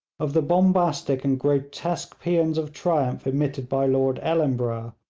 of the bombastic and grotesque paeans of triumph emitted by lord ellenborough,